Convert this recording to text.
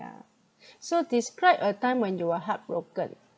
yeah so describe a time when you are heartbroken